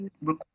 require